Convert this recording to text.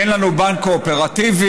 אין לנו בנק קואופרטיבי,